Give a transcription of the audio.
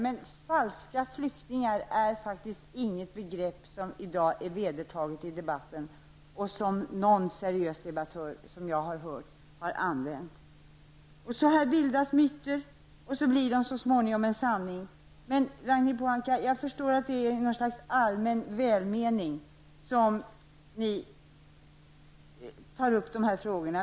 Men falska flyktingar är faktiskt inget begrepp som i dag är vedertaget i debatten, och jag har aldrig hört någon seriös debattör använda det i debatten. På detta sätt bildas myter, och så småningom blir de sanning. Men, Ragnhild Pohanka, jag förstår att det är av något slags allmän välmening som ni tar upp dessa frågor.